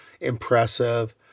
impressive